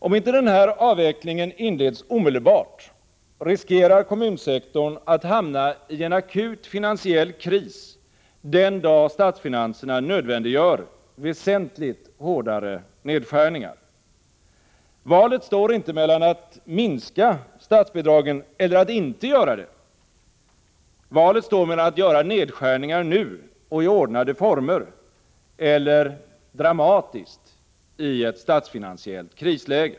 Om inte avvecklingen inleds omedelbart, riskerar kommunsektorn att hamna i en akut finansiell kris den dag statsfinanserna nödvändiggör väsentligt hårdare nedskärningar. Valet står inte mellan att minska statsbidragen eller att inte göra det. Valet står mellan att göra nedskärningar nu och i ordnade former eller dramatiskt i ett statsfinansiellt krisläge.